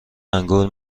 انگور